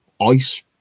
ice